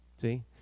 See